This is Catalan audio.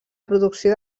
producció